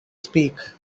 speak